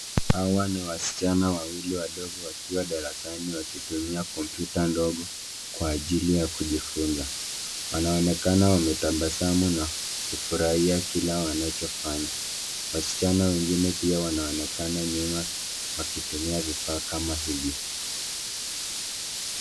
Hawa ni wasichana wawili wadogo wakiwa darasani wakitumia kompyuta ndogo kwa ajili ya kiujifunza. Wanaonekana wametabasamu na kufurahia kile wanachofanya. Wasichana wengine pia wanaonekana nyuma wakitumia vifaa kama hivyo.